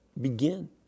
begin